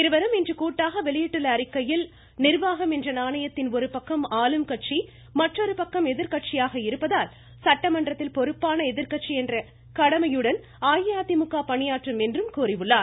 இருவரும் இன்று கூட்டாக வெளியிட்டுள்ள அறிக்கையில் நிர்வாகம் என்ற நாணயத்தின் ஒரு பக்கம் ஆளும் கட்சி மற்றொரு பக்கம் எதிர்கட்சியாக இருப்பதால் சட்டமன்றத்தில் பொறுப்பான எதிர்கட்சி என்ற கடமையுடன் அஇஅதிமுக பணியாற்றும் என்று கூறியுள்ளனர்